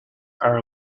are